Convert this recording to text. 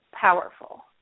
powerful